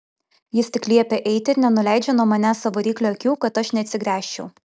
jis tik liepia eiti ir nenuleidžia nuo manęs savo ryklio akių kad aš neatsigręžčiau